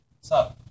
Sir